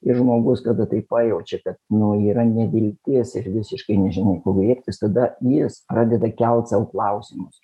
ir žmogus kada tai pajaučia kad nu yra nevilties ir visiškai nežino ko griebtis tada jis pradeda kelt sau klausimus